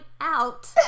out